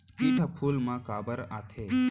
किट ह फूल मा काबर आथे?